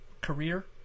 career